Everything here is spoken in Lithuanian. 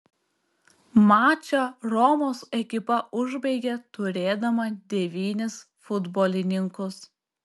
mačą romos ekipa užbaigė turėdama devynis futbolininkus